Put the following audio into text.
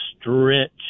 stretch